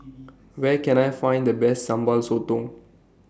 Where Can I Find The Best Sambal Sotong